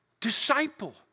Disciple